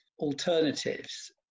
alternatives